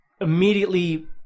immediately